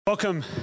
Welcome